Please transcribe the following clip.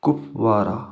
Kupwara